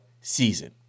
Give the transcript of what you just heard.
season